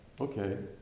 Okay